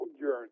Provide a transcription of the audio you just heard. journey